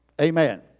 Amen